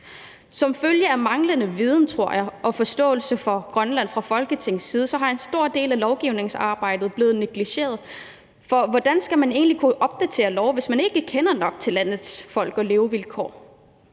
Som følge af manglende viden, tror jeg, og forståelse for Grønland fra Folketingets side er en stor del af lovgivningsarbejdet blevet negligeret, for hvordan skal man egentlig kunne opdatere love, hvis man ikke kender nok til landets folk og levevilkår?